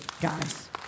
guys